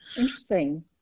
Interesting